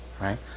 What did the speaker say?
right